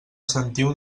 sentiu